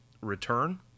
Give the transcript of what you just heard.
return